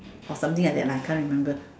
or something like that can't remember